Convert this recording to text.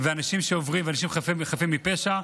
אנשים שעוברים ואנשים חפים מפשע,